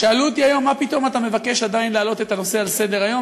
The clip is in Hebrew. שאלו אותי היום: מה פתאום אתה מבקש עדיין להעלות את הנושא על סדר-היום?